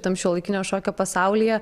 tam šiuolaikinio šokio pasaulyje